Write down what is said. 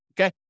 Okay